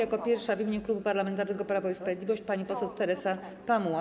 Jako pierwsza w imieniu Klubu Parlamentarnego Prawo i Sprawiedliwość pani poseł Teresa Pamuła.